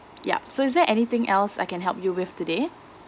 yup so is there anything else I can help you with today